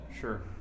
sure